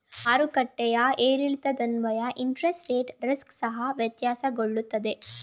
ಮಾರುಕಟ್ಟೆಯ ಏರಿಳಿತದನ್ವಯ interest rate risk ಸಹ ವ್ಯತ್ಯಾಸಗೊಳ್ಳುತ್ತದೆ